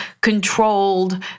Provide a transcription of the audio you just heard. controlled